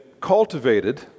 cultivated